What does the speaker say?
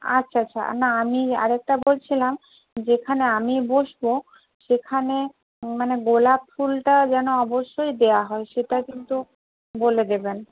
আচ্ছা আচ্ছা না আমি আর একটা বলছিলাম যেখানে আমি বসব সেখানে মানে গোলাপ ফুলটা যেন অবশ্যই দেওয়া হয় সেটা কিন্তু বলে দেবেন